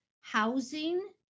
housing